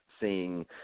seeing